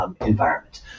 environment